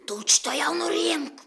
tučtuojau nurimk